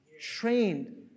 trained